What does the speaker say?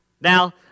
Now